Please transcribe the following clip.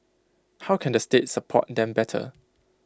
how can the state support them better